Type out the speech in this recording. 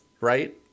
right